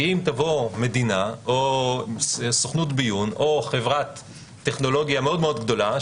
אם תבוא מדינה או סוכנות ביון או חברת טכנולוגיה מאוד מאוד גדולה,